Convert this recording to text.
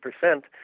percent